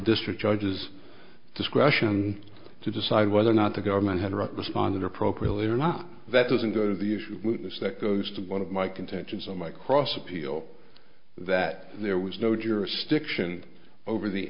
district judge's discretion to decide whether or not the government has a right responded appropriately or not that doesn't go to the issue that goes to one of my contentions on my cross appeal that there was no jurisdiction over the